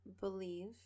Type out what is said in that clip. believe